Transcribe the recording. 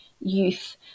youth